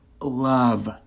love